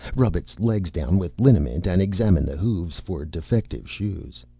rub its legs down with liniment, and examine the hooves for defective shoes.